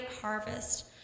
harvest